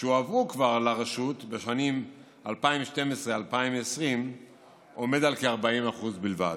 שכבר הועברו לרשות בשנים 2012 2020 עומד על כ-40% בלבד.